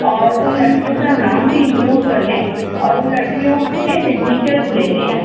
اور اُن لڑکیوں کا نام بھی انکلوڈ کر لیں اور اُن لڑکیوں کے سگنیچرز لے لیں